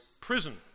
prison